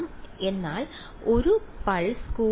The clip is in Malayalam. എല്ലാം എന്നാൽ 1 പൾസ്